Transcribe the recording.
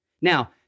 Now